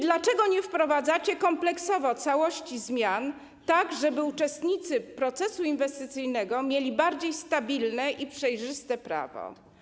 Dlaczego nie wprowadzacie kompleksowo całości zmian tak, żeby uczestnicy procesu inwestycyjnego mieli bardziej stabilne i przejrzyste prawo?